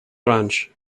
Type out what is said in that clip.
branch